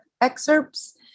excerpts